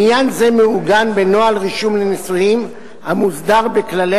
עניין זה מעוגן בנוהל רישום לנישואים המוסדר בכללי